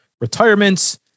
Retirements